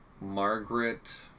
Margaret